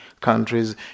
countries